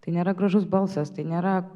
tai nėra gražus balsas tai nėra